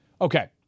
okay